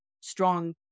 strong